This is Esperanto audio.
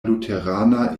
luterana